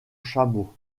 chameau